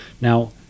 now